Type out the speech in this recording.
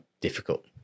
difficult